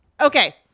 Okay